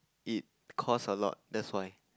it cost a lot that's why